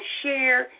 share